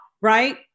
right